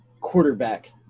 quarterback